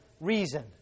reason